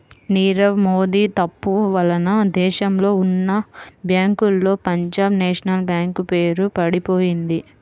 నీరవ్ మోడీ తప్పు వలన దేశంలో ఉన్నా బ్యేంకుల్లో పంజాబ్ నేషనల్ బ్యేంకు పేరు పడిపొయింది